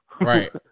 Right